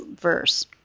verse